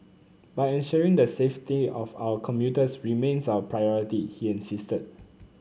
but ensuring the safety of our commuters remains our priority he insisted